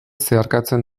zeharkatzen